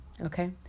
Okay